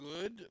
good